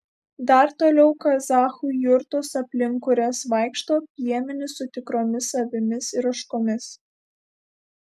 dar toliau kazachų jurtos aplink kurias vaikšto piemenys su tikromis avimis ir ožkomis